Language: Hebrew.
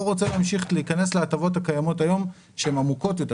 הוא רוצה להמשיך להיכנס להטבות הקיימות היום שהן עמוקות יותר,